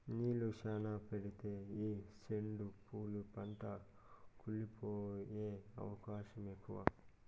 నీళ్ళు శ్యానా పెడితే ఈ సెండు పూల పంట కుళ్లి పోయే అవకాశం ఎక్కువ